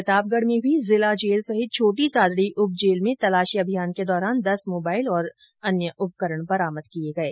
वहीं प्रतापगढ़ में भी जिला जेल सहित छोटी सादड़ी उप जेल में तलाशी अभियान के दौरान दस मोबाइल और अन्य उपकरण बरामद किये गये